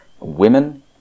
Women